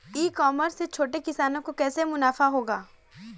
ई commerce से छोटे किसानों को कैसे मुनाफा होगा?